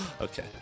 Okay